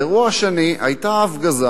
האירוע השני, היתה הפגזה